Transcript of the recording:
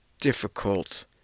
difficult